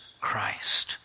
Christ